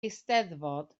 eisteddfod